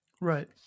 Right